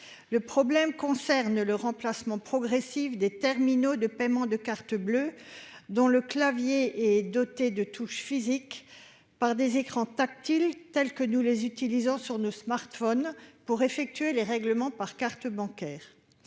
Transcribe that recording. Le problème concerne le remplacement progressif des terminaux de paiement électronique (TPE) de carte bleue dont le clavier est doté de touches physiques par des écrans tactiles tels que nous les utilisons sur nos smartphones pour effectuer les règlements par carte bancaire.